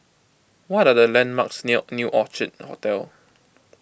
what are the landmarks near New Orchid Hotel